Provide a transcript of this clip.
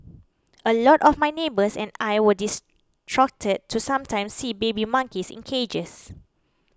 a lot of my neighbours and I were distraught to sometimes see baby monkeys in cages